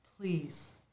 Please